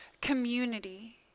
community